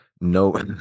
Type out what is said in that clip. no